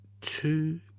two